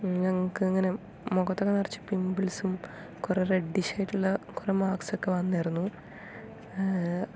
ഞങ്ങൾക്ക് അങ്ങനെ മുഖത്തൊക്കെ നിറച്ച് പിംപിൾസും കുറേ റെഡ്ഡിഷ് ആയിട്ടുള്ള കുറേ മാർക്സൊക്കെ വന്നായിരുന്നു